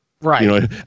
Right